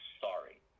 sorry